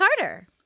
Carter